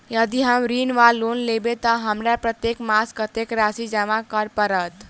यदि हम ऋण वा लोन लेबै तऽ हमरा प्रत्येक मास कत्तेक राशि जमा करऽ पड़त?